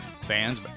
Fans